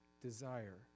desire